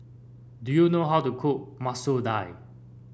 do you know how to cook Masoor Dal